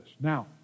Now